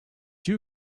you